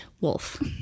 wolf